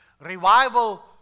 Revival